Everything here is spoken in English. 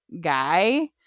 guy